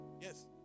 Yes